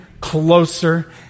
closer